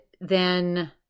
then-